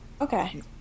okay